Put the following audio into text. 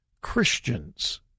Christians